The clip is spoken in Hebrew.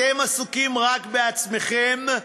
אתם עסוקים רק בעצמכם,